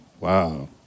Wow